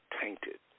tainted